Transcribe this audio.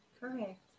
Correct